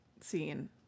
scene